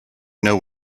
know